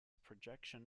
projection